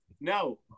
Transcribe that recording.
No